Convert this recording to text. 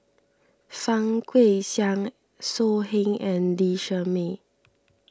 Fang Guixiang So Heng and Lee Shermay